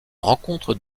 rencontre